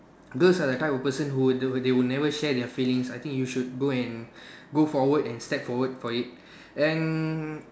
girls are the type of person who they would never share their feelings I think you should go and go forward and step forward for it and